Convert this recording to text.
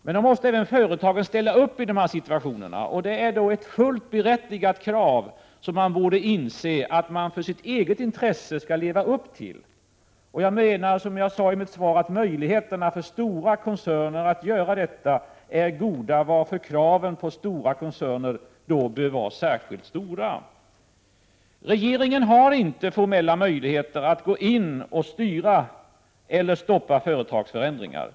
Men företagen måste ställa upp i dessa situationer. Det är ett fullt berättigat krav som företagen borde inse att de i eget intresse skall leva upp till. Som jag sade i mitt svar är möjligheterna för stora koncerner att göra detta goda, varför kraven på dem bör vara särskilt starka. Regeringen har inte formella möjligheter att gå in och styra eller stoppa företagsförändringar.